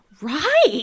right